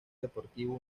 deportivo